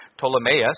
Ptolemaeus